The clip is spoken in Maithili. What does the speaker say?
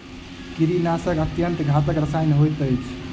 कीड़ीनाशक अत्यन्त घातक रसायन होइत अछि